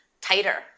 tighter